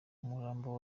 umurambo